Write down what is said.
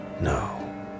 No